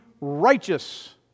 righteous